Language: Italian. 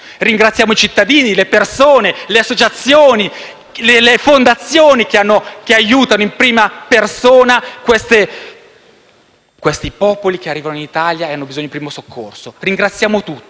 Ringraziamo i cittadini, le persone, le associazioni e le fondazioni che aiutano in prima persona questi popoli che arrivano in Italia e hanno bisogno di un primo soccorso. Ringraziamo tutti,